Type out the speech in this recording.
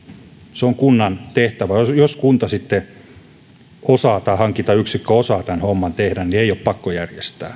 se on kunnan tehtävä ja jos kunta sitten osaa tai hankintayksikkö osaa tämän homman tehdä niin ei ole pakko järjestää